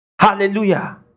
Hallelujah